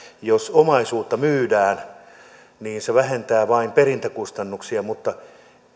jos omaisuutta myydään niin se vähentää vain perintäkustannuksia mutta